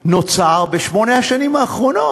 נוצר בשמונה השנים האחרונות,